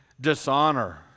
dishonor